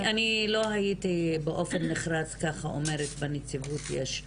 אני לא הייתי באופן נחרץ ככה אומרת "בנציבות יש",